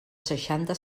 seixanta